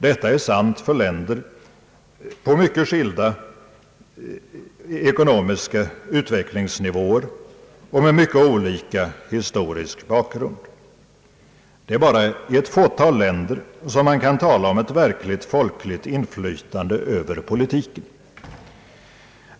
Detta gäller länder på mycket skilda ekonomiska utvecklingsnivåer och med mycket olika historisk bakgrund. Det är bara i ett fåtal länder man kan tala om ett verkligt folkligt inflytande över politiken.